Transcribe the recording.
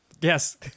Yes